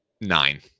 nine